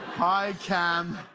hi, cam.